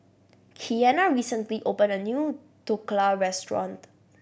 Kianna recently opened a new Dhokla Restaurant